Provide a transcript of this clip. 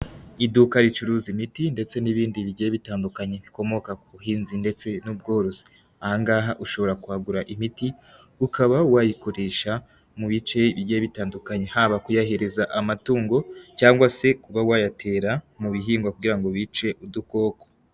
Iduka ricuruza imiti ndetse n'ibindi bigiye bitandukanye bikomoka ku buhinzi ndetse n'ubworozi, aha ngaha ushobora kuhagura imiti, ukaba wayikoresha mu bice bigiye bitandukanye, haba kuyahereza amatungo cyangwa se kuba wayatera mu bihingwa kugira ngo bice udukoko.